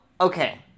okay